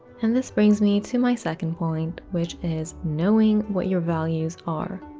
and this brings me to my second point, which is knowing what your values are.